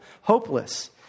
hopeless